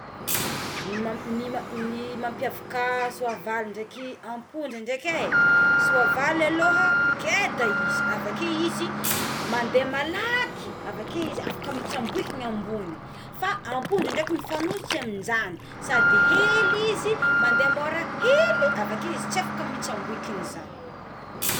Ny ma- ny ma mampiavaka soavaly ndraiky ampondra ndraiky e soavaly aloha ngeda izy avakeo izy mandeha malaky avakeo izy afaka mitsamboikana ambony fa ampondra indraiky mifanohitra amigny izany sady hely izy mandeha mora kely avakeo izy tsy afaka mitsamboikina izany.